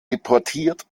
deportiert